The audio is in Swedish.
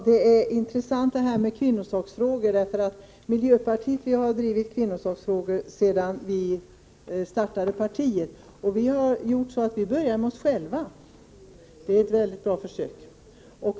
Herr talman! Det här med kvinnosaksfrågor är intressant. Miljöpartiet har drivit kvinnosaksfrågor allt sedan vi startade partiet. Vi gjorde så att vi började med oss själva, och det är ett mycket bra försök.